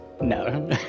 no